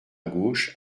gauche